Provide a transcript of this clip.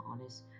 honest